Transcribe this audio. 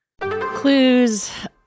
Clues